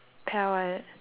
pal right